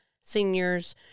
seniors